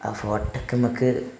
ആ ഫോട്ടക്ക് മ്മക്ക്